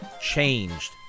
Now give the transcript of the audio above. changed